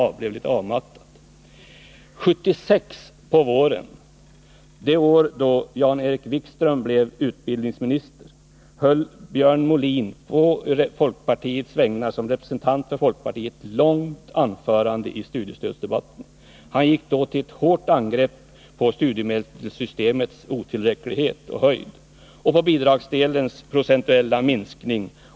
På våren 1976 — det år då Jan-Erik Wikström blev utbildningsminister — höll Björn Molin som representant för folkpartiet ett långt anförande i studiestödsdebatten. Han gick då till hårt angrepp mot studiemedelssystemets otillräcklighet och mot bidragsdelens procentuella minskning.